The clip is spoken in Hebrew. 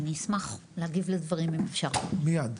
טוב,